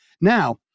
Now